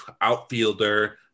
outfielder